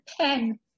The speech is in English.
Pen